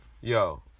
yo